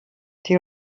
die